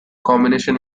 combination